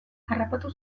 harrapatu